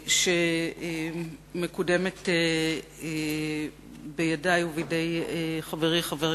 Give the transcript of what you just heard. שמקודמת בידי ובידי חברי, חבר